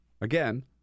again